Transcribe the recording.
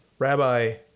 Rabbi